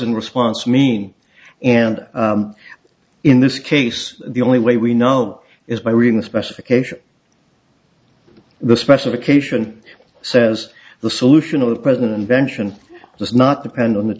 in response to me and in this case the only way we know is by reading the specification the specification says the solution of the present vention does not depend on the